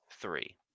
three